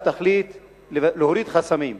המהפכה האמיתית תהיה אם אתה תחליט להוריד חסמים,